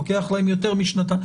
לוקח להם יותר משנתיים.